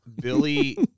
Billy